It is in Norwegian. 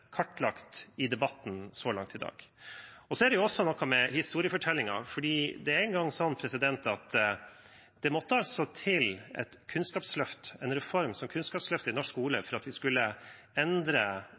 kartlagt i debatten så langt i dag. Så er det jo også noe med historiefortellingen. Det er en gang sånn at det måtte til et kunnskapsløft, en reform som Kunnskapsløftet, i norsk skole